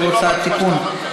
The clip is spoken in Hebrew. אגרות והוצאות (תיקון,